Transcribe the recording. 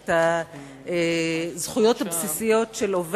את קיומה של זכות בסיסית של אדם,